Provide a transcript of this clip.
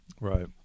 Right